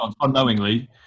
unknowingly